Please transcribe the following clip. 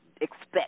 expect